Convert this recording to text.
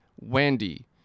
Wendy